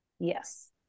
Yes